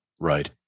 Right